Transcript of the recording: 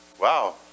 Wow